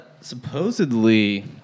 supposedly